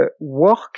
work